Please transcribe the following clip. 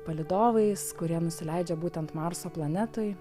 palydovais kurie nusileidžia būtent marso planetoj